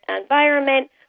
environment